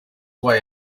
away